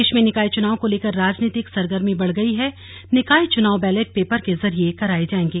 प्रदेश में निकाय चुनाव को लेकर राजनीतिक सरगर्मी बढ़ गई है निकाय चुनाव बैलेट पेपर के जरिए कराये जाएंगे